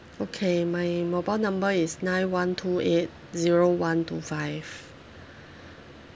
okay my mobile number is nine one two eight zero one two five